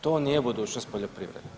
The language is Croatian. To nije budućnost poljoprivrede.